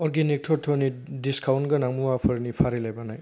organic तत्वनि discount गोनां मुवाफोरनि फारिलाइ बानाय